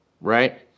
right